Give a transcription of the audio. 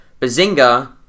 Bazinga